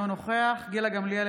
אינו נוכח גילה גמליאל,